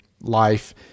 life